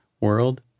world